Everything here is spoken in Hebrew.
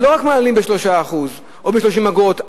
ולא מעלים רק ב-3% או ב-30 אגורות,